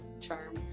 charm